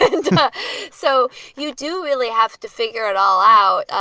and so you do really have to figure it all out.